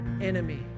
enemy